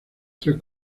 tres